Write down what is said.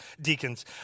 deacons